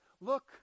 look